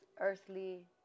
earthly